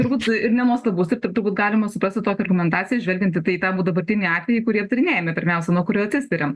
turbūt ir nenuostabus taip taip turbūt galima suprasti tokią argumentaciją žvelgiant į tai tą dabartinį atvejį kurį aptarinėjame pirmiausia nuo kurio atsispiriam